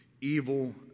evil